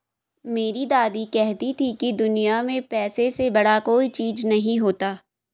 मेरी दादी कहती थी कि दुनिया में पैसे से बड़ा कोई चीज नहीं होता